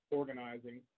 organizing